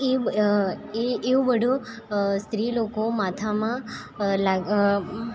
એ એવું બધુ સ્ત્રીલોકો માથામાં પર લાગ